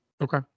Okay